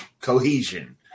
cohesion